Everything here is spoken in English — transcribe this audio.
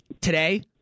today